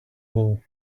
hole